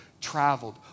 traveled